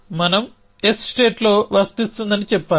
మనం s state లో వర్తిస్తుందని చెప్పాలి